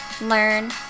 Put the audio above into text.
learn